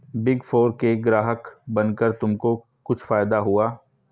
Big four के ग्राहक बनकर तुमको कुछ फायदा हुआ?